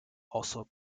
also